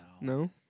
No